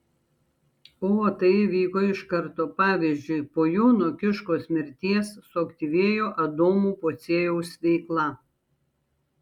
o tai įvyko iš karto pavyzdžiui po jono kiškos mirties suaktyvėjo adomo pociejaus veikla